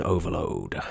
Overload